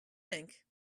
think